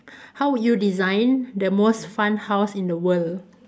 how would you design the most fun house in the world